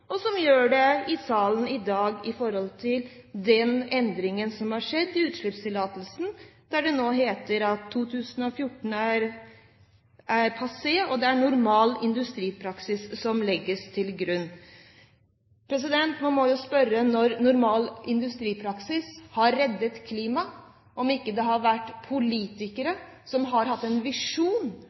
og de gjør det i salen i dag når det gjelder endringen i utslippstillatelsen, der det nå heter at 2014 er passé, og det er normal industripraksis som legges til grunn. Man må jo spørre når «normal industripraksis» har reddet klimaet: Er det ikke politikere som har hatt en visjon,